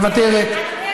מוותרת.